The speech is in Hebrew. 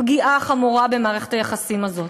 פגיעה חמורה במערכת היחסים הזאת.